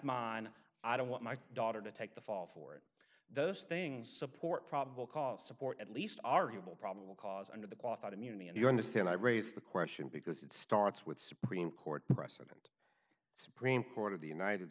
mine i don't want my daughter to take the fall for it those things support probable cause support at least arguable probable cause under the qualified immunity and you understand i raise the question because it starts with supreme court precedent supreme court of the united